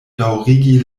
daŭrigi